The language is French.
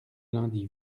lundi